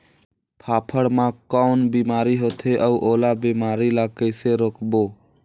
फाफण मा कौन बीमारी होथे अउ ओला बीमारी ला कइसे रोकबो?